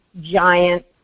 giant